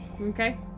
Okay